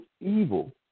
evil